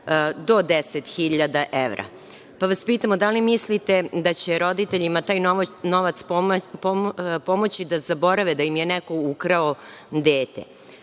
do 10.000 evra, pa vas pitamo, da li mislite da će roditeljima taj novac pomoći da zaborave da im je neko ukrao dete?